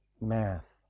math